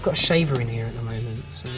ah shaver in here at the moment.